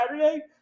Saturday